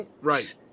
Right